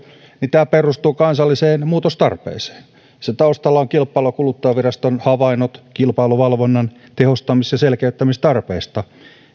tämä perustuu kansalliseen muutostarpeeseen sen taustalla ovat kilpailu ja kuluttajaviraston havainnot kilpailuvalvonnan tehostamis ja selkeyttämistarpeesta